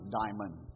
diamond